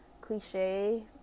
cliche